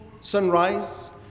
sunrise